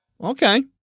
Okay